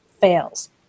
fails